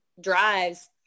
drives